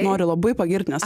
noriu labai pagirti nes